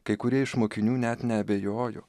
kai kurie iš mokinių net neabejoju